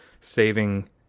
saving